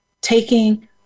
taking